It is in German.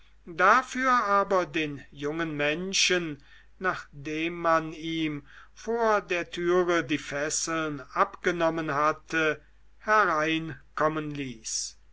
dafür aber den jungen menschen nachdem man ihm vor der türe die fesseln abgenommen hatte hereinkommen ließ